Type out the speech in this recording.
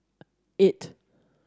eight